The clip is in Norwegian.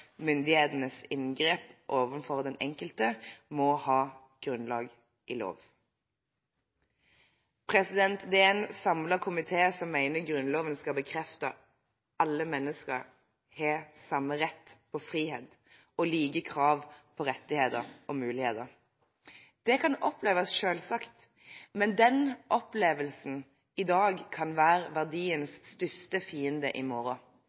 inngrep overfor den enkelte må ha grunnlag i lov.» Det er en samlet komité som mener Grunnloven skal bekrefte at alle mennesker har samme rett på frihet og like krav på rettigheter og muligheter. Det kan oppleves selvsagt, men den opplevelsen i dag kan være verdiens største fiende i morgen.